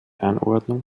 anordnung